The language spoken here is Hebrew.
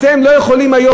אתם לא יכולים היום,